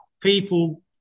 people